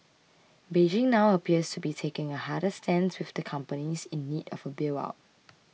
Beijing now appears to be taking a harder stance with the companies in need of a bail out